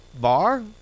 bar